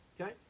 Okay